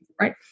Right